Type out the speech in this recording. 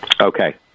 okay